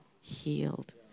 healed